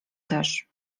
też